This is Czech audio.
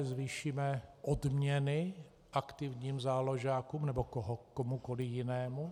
Zvýšíme odměny aktivním záložákům nebo komukoli jinému?